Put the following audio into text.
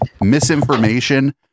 misinformation